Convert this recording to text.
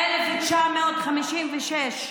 ב-29 באוקטובר 1956,